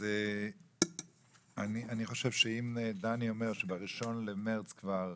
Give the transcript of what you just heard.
אז אני חושב שאם דני אומר שב-1 במרץ כבר